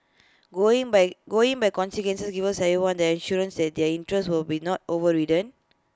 going by going by consensus gives everyone the assurance that their interests will be not overridden